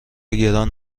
گران